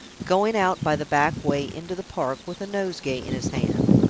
going out by the back way into the park with a nosegay in his hand.